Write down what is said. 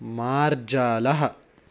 मार्जालः